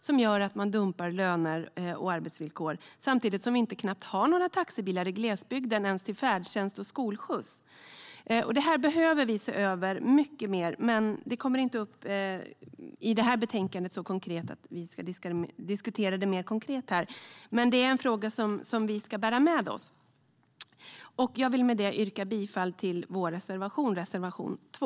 Det gör att löner och arbetsvillkor dumpas. Samtidigt har vi knappt några taxibilar i glesbygden, inte ens till färdtjänst och skolskjuts. Detta behöver vi se över mycket mer. Det kommer inte upp så konkret i detta betänkande att vi ska diskutera det mer här, men det är en fråga vi ska bära med oss. Jag vill med detta yrka bifall till vår reservation nr 2.